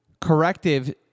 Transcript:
corrective